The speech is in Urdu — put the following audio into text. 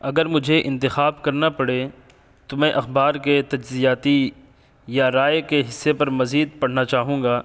اگر مجھے انتخاب کرنا پڑے تو میں اخبار کے تجزیاتی یا رائے کے حصے پر مزید پڑنا چاہوں گا